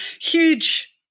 huge